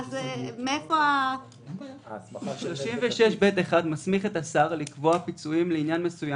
סעיף 36(ב1) מסמיך את השר לקבוע פיצויים לעניין מסוים,